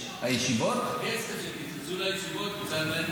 הכסף שקיצצו לישיבות עדיין נמצא באוצר.